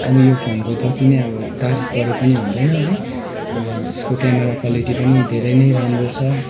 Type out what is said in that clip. हामी यो फोनको जति नै अब तारिफ गरे पनि हुँदैन है यसको क्यामरा क्वालिटी पनि धेरै नै राम्रो छ